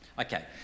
Okay